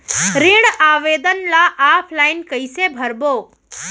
ऋण आवेदन ल ऑफलाइन कइसे भरबो?